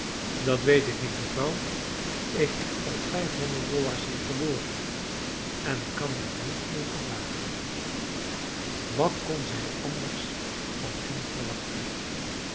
dat weet ik niet mevrouw ik heb al vijfhonderd dollars hier verloren en kan er niet meer aan wagen wat kon zij anders van hem verwachten